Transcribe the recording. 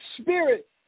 spirit